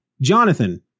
Jonathan